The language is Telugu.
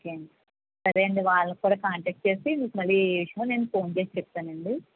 ఓకే అండి సరే అండి వాళ్ళక్కూడా కాంటాక్ట్ చేసి మీకు మళ్ళీ ఏ విషయం నేన్ ఫోన్ చేసి చెప్తాను అండి